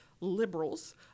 liberals